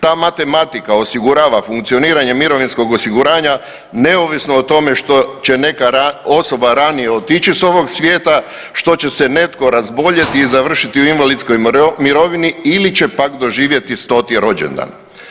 Ta matematika osigurava funkcioniranje mirovinskog osiguranja neovisno o tome što će neka osoba ranije otići s ovoga svijeta, što će se netko razboljeti i završiti u invalidskoj mirovini ili će pak doživjeti 100-ti rođendan.